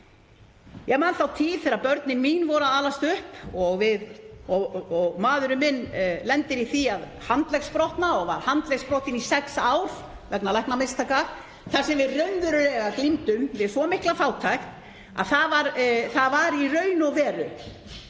Ég man þá tíð þegar börnin mín voru að alast upp og maðurinn minn lendir í því að handleggsbrotna og var handleggsbrotinn í sex ár vegna læknamistaka, þar sem við glímdum við svo mikla fátækt að það var í raun og veru